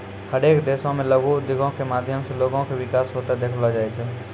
हरेक देशो मे लघु उद्योगो के माध्यम से लोगो के विकास होते देखलो जाय छै